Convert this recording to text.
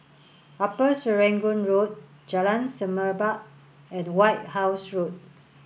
Upper Serangoon Road Jalan Semerbak and White House Road